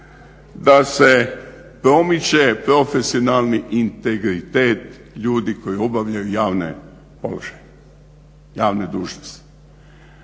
da se promiče profesionalni integritet ljudi koji obavljaju javne položaje, javne dužnosti.